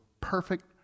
perfect